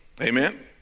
Amen